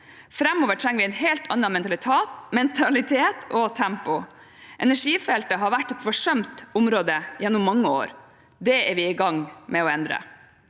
Framover trenger vi en helt annen mentalitet og et helt annet tempo. Energifeltet har vært et forsømt område gjennom mange år. Det er vi i gang med å endre.